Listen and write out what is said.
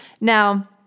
Now